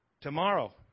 Tomorrow